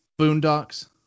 Boondocks